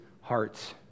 hearts